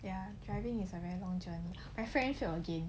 ya driving is like very long journey my friends will agree